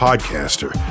Podcaster